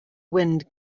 wind